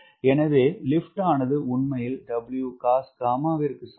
எனவே லிப்ட் ஆனது உண்மையில் Wcosγற்கு சமம்